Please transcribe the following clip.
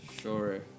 Sure